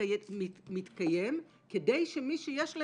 שלצערי הרב,